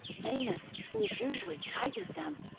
amos, who was usually tight with them,